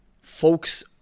folks